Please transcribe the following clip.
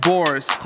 Boris